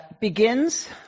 begins